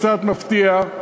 קצת מפתיע,